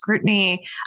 scrutiny